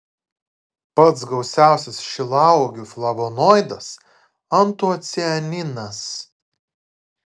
pats gausiausias šilauogių flavonoidas antocianinas